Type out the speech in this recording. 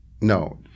No